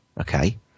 okay